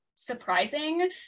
surprising